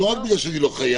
אפילו אם הוא רוצה.